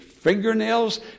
fingernails